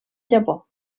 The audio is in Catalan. japó